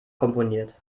komponiert